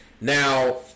Now